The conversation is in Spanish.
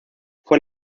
fue